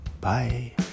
bye